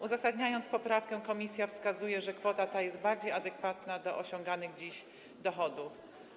Uzasadniając poprawkę, komisja wskazuje, że kwota ta jest bardziej adekwatna do osiąganych dziś dochodów.